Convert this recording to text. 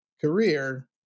career